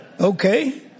Okay